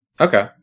Okay